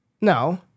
no